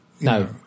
No